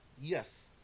Yes